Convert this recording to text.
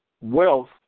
wealth